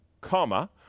comma